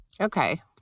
Okay